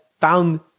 found